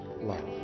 love